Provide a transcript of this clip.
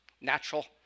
natural